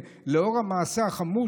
כולם ילמדו בחצאי כיתות.